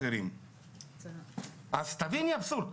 זה אבסורד,